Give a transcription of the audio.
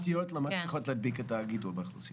התשתיות לא מצליחות להדביק את הגידול באוכלוסייה.